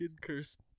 cursed